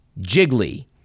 Jiggly